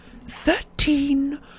Thirteen